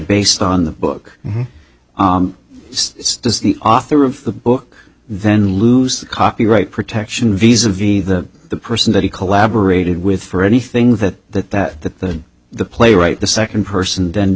based on the book does the author of the book then lose the copyright protection visa v the person that he collaborated with for anything that that that that the the playwright the second person then